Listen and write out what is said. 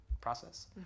process